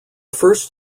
first